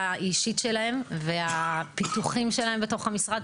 האישית שלהם והפיתוחים שלהם בתוך המשרד,